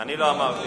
אני לא אמרתי.